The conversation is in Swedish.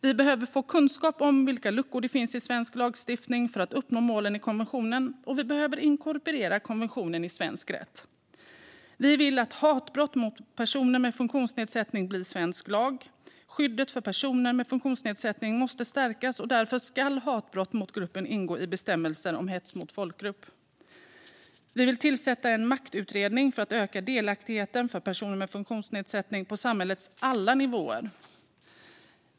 Vi behöver få kunskap om vilka luckor det finns i svensk lagstiftning för att uppnå målen i konventionen, och vi behöver inkorporera konventionen i svensk rätt. Vi vill att hatbrott mot personer med funktionsnedsättning blir svensk lag. Skyddet för personer med funktionsnedsättning måste stärkas. Därför ska hatbrott mot gruppen ingå i bestämmelser om hets mot folkgrupp. Vi vill tillsätta en maktutredning för att öka delaktigheten för personer med funktionsnedsättning på samhällets alla nivåer.